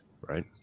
right